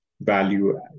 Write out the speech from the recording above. value